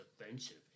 offensive